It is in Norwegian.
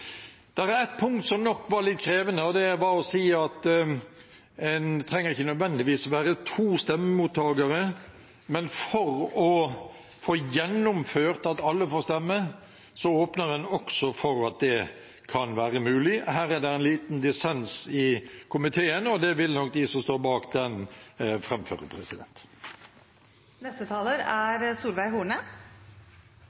er ett punkt som nok var litt krevende, og det var å si at man ikke nødvendigvis trenger å være to stemmemottakere. For å få gjennomført at alle får stemme åpner man også for at det kan være mulig. Her er det en liten dissens i komiteen, og det vil nok de som står bak den,